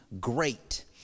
great